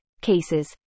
cases